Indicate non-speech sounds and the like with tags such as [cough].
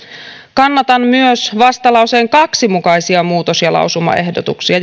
kannatan myös vastalauseen kaksi mukaisia muutos ja lausumaehdotuksia [unintelligible]